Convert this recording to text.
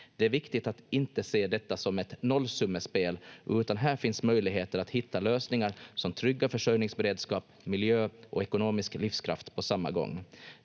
Det är viktigt att inte se detta som ett nollsummespel, utan här finns möjligheter att hitta lösningar som tryggar försörjningsberedskap, miljö och ekonomisk livskraft på samma gång.